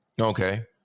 Okay